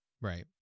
right